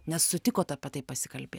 nes sutikot apie tai pasikalbėt